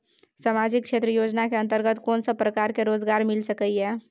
सामाजिक क्षेत्र योजना के अंतर्गत कोन सब प्रकार के रोजगार मिल सके ये?